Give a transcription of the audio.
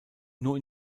nur